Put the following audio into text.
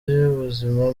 by’ubuzima